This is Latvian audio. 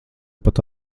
pat